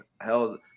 held